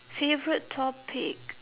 favourite topic